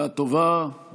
(חותם על ההצהרה) בשעה טובה ובהצלחה.